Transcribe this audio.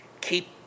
keep